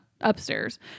upstairs